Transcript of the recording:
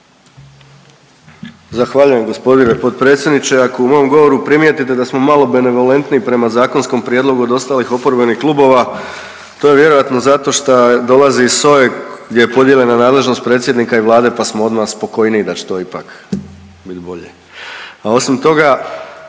Zahvaljujem g. potpredsjedniče. Ako u mom govoru primijetite da smo malo benevolentniji prema zakonskom prijedlogu od ostalih oporbenih klubova to je vjerojatno zato šta dolazi iz SOA-e gdje je podijeljena nadležnost predsjednika i Vlade pa smo odmah spokojniji da će to ipak bit bolje.